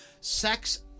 sex